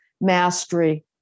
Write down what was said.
mastery